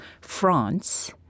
France